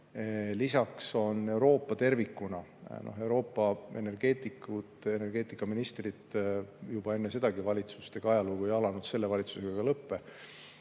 Lisaks on Euroopas tervikuna Euroopa energeetikud ja energeetikaministrid, juba enne selle valitsuse aega – ajalugu ju ei alanud selle valitsusega ega